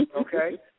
Okay